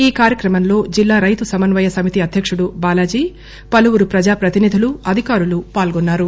ఈ కార్యక్రమంలో జిల్లా రైతు సమన్వయ సమితి అధ్యకుడు బాలాజీ పలువురు ప్రజా ప్రతినిధులు అధికారులు పాల్గొన్నారు